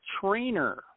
trainer